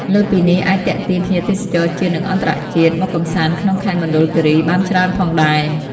លើសពីនេះអាចទាក់ទាញភ្ញៀវទេសចរណ៍ជាតិនិងអន្ថរជាតិមកកម្សាន្តក្នុងខេត្តមណ្ឌលគិរីបានច្រើនផងដែរ។